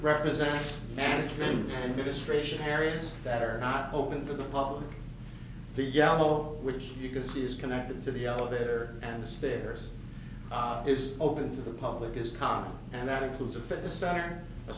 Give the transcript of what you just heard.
represents management and biggest ration areas that are not open to the public the yellow which you can see is connected to the elevator and stairs is open to the public is common and that includes a fitness center a